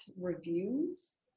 reviews